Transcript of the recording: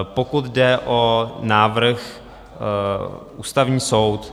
Pokud jde o návrh Ústavní soud.